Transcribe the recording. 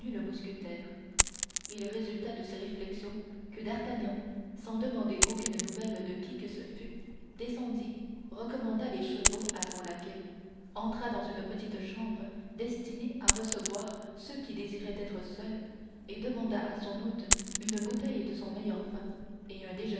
mousquetaire il résulta de ces réflexions que d'artagnan sans demander aucune nouvelle de qui que ce fût descendit recommanda les chevaux à son laquais entra dans une petite chambre destinée à recevoir ceux qui désiraient être seuls et demanda à son hôte une bouteille de son meilleur vin et un